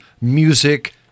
music